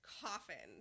coffins